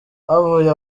bavuye